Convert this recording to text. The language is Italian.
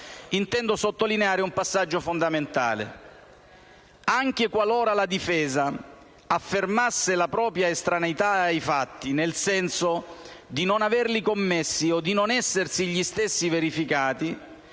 intendo sottolineare un passaggio fondamentale: anche qualora la difesa affermasse la propria estraneità ai fatti (nel senso di non averli commessi o di non essersi gli stessi verificati),